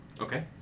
Okay